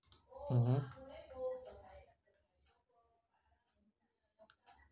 mmhmm